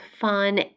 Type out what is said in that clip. fun